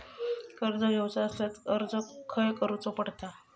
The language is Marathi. कर्ज घेऊचा असल्यास अर्ज खाय करूचो पडता?